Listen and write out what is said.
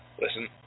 Listen